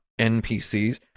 NPCs